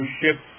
ship